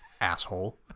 asshole